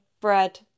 bread